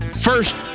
first